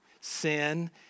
sin